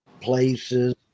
places